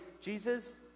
Jesus